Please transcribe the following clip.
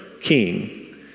king